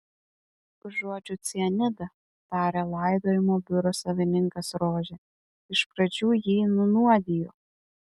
užuodžiu cianidą tarė laidojimo biuro savininkas rožė iš pradžių jį nunuodijo